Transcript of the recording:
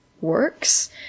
works